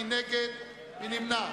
מי נגד?